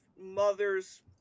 mother's